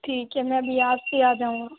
ठीक है मैं अभी आपके यहाँ आजाऊंगी